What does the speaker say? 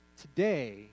today